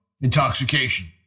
intoxication